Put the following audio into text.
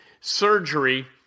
surgery